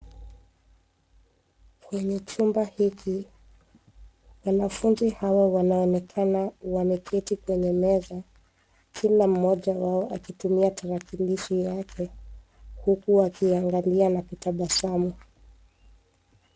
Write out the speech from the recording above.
Kwenye chumba hiki wanafunzi hawa wanaonekana wameketi kwenye meza, kila mmoja wao akitumia tarakilishi yake huku wakiangalia na kutabasamu.